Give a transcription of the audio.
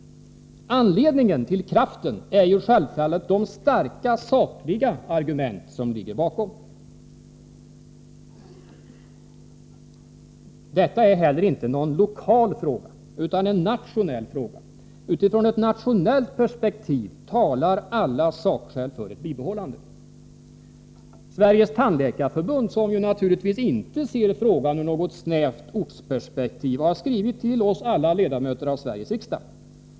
Anledningen till kraften är självfallet de starka sakliga argument som ligger bakom. Detta är inte heller någon lokal fråga utan en nationell fråga. Utifrån ett nationellt perspektiv talar alla sakskäl för ett bibehållande. Sveriges tandläkareförbund, som ju naturligtvis inte ser frågan ur något snävt ortsperspektiv, har skrivit till alla ledamöter av Sveriges riksdag.